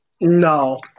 No